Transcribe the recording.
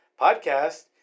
podcast